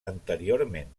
anteriorment